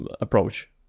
approach